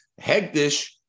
Hegdish